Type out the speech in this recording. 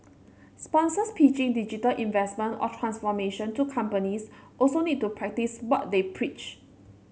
sponsors pitching digital investment or transformation to companies also need to practice what they preach